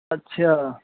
ਅੱਛਾ